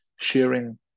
sharing